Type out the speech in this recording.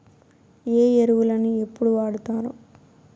ఏ ఎరువులని ఎప్పుడు వాడుతారు?